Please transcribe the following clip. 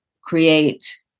create